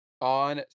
on